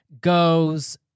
goes